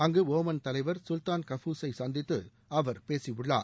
அங்கு ஓமன் தலைவர் Sultan Qaboos ஐ சந்தித்து அவர் பேசியுள்ளார்